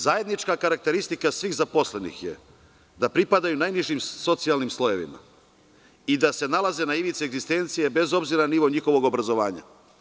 Zajednička karakteristika svih zaposlenih je da pripadaju najnižim socijalnim slojevima i da se nalaze na ivici egzistencije, bez obzira na nivo njihovog obrazovanja.